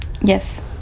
Yes